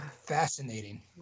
Fascinating